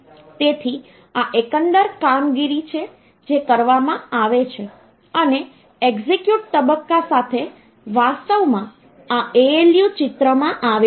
તેથી આ એકંદર કામગીરી છે જે કરવામાં આવે છે અને એક્ઝિક્યુટ તબક્કા સાથે વાસ્તવમાં આ ALU ચિત્રમાં આવે છે